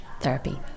therapy